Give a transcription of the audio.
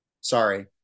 sorry